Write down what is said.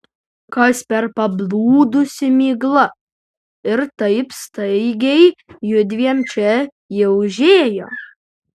kas per pablūdusi migla ir taip staigiai judviem čia ji užėjo